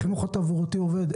החינוך התעבורתי עובד.